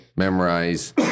memorize